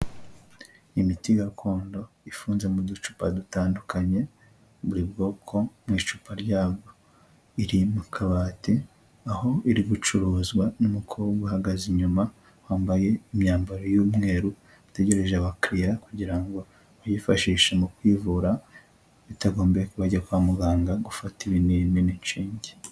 Imiti gakondo ifunze mu ducupa dutandukanye, buri bwoko mu icupa ryabwo, iri mu kabati aho iri gucuruzwa n'umukobwa uhagaze inyuma, wambaye imyambaro y'umweru, utegereje abakiriya kugira ngo bayifashishe mu kwivura, bitagombye ko bajya kwa muganga gufata ibini n'inshinge.